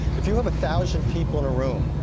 if you have a thousand people in a room,